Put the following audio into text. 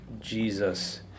Jesus